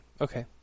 Okay